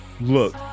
look